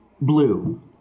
Blue